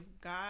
God